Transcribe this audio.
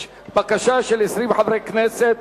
יש בקשה של 20 חברי כנסת